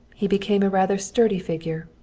he became a rather sturdy figure,